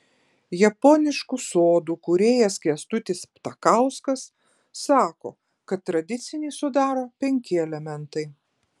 japoniškų sodų kūrėjas kęstutis ptakauskas sako kad tradicinį sudaro penki elementai